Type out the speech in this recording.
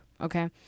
Okay